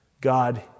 God